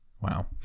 wow